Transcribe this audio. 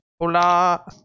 Hola